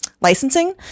licensing